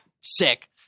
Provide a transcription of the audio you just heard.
Sick